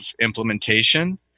implementation